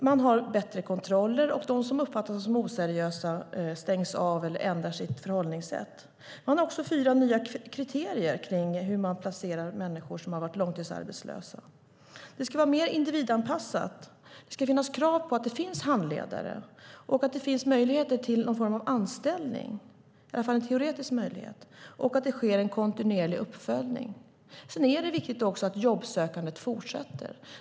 Man har bättre kontroller, och de anordnare som uppfattas som oseriösa stängs av eller ändrar sitt förhållningssätt. Man har också fyra nya kriterier för hur man placerar människor som har varit långtidsarbetslösa. Det ska vara mer individanpassat. Det ska finnas krav på att det finns handledare och att det finns i alla fall en teoretisk möjlighet till någon form av anställning, och det ska ske en kontinuerlig uppföljning. Sedan är det också viktigt att jobbsökandet fortsätter.